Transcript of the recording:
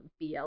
bl